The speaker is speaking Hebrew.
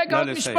רגע, עוד משפט.